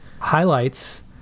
highlights